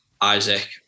Isaac